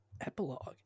epilogue